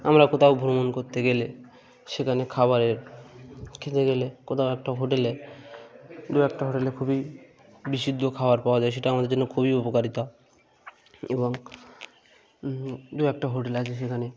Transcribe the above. আমরা কোথাও ভ্রমণ করতে গেলে সেখানে খাবার খেতে গেলে কোথাও একটা হোটেলে দু একটা হোটেলে খুবই বিশুদ্ধ খাবার পাওয়া যায় সেটা আমাদের জন্য খুবই উপকারিতা এবং দু একটা হোটেল আছে সেখানে